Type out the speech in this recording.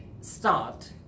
start